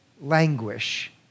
languish